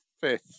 fifth